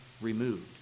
removed